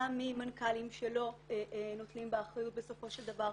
גם ממנכ"לים שלא נוטלים באחריות בסופו של דבר,